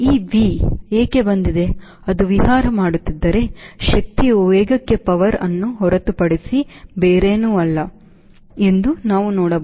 ಈ V ಏಕೆ ಬಂದಿದೆ ಅದು ವಿಹಾರ ಮಾಡುತ್ತಿದ್ದರೆ ಶಕ್ತಿಯು ವೇಗಕ್ಕೆ Powerವನ್ನು ಹೊರತುಪಡಿಸಿ ಬೇರೇನೂ ಅಲ್ಲ ಎಂದು ನಾವು ನೋಡಬಹುದು